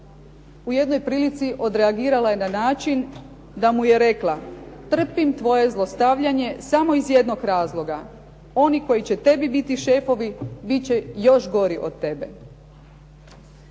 U jednoj prilici odreagirala je na način da mu je rekla. Trpim tvoje zlostavljanje samo iz jednog razloga, oni koji će tebi biti šefovi biti će još gori od tebe.